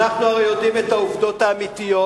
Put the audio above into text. אנחנו הרי יודעים את העובדות האמיתיות,